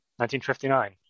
1959